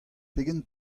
pegen